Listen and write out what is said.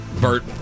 Bert